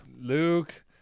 Luke